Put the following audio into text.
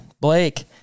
Blake